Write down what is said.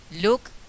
Look